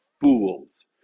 fools